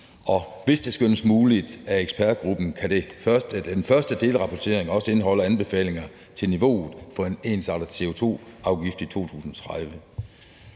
hvis det skønnes muligt af ekspertgruppen, kan den første delrapportering også indeholde anbefalinger til niveauet for en ensartet CO2-afgift i 2030.